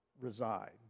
reside